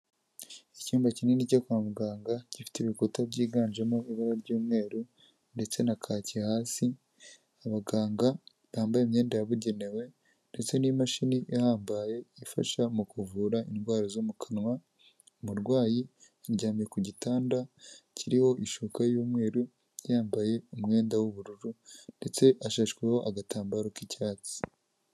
Icyumba kinini cyo kwa muganga, gifite ibikuta byiganjemo ibara ry'umweru ndetse na kacye hasi, abaganga bambaye imyenda yabugenewe ndetse n'imashini ihambaye ifasha mu kuvura indwara zo mu kanwa, umurwayi aryamye ku gitanda kiriho ishuka y'umweru, yambaye umwenda w'ubururu ndetse hashashweho agatambaro k'icyatsi.